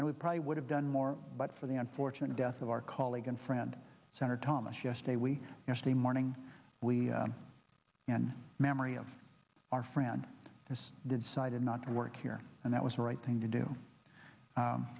and we probably would have done more but for the unfortunate death of our colleague and friend senator thomas yesterday we asked the morning we can memory of our friend has decided not to work here and that was the right thing to do